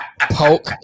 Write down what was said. Poke